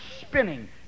spinning